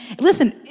listen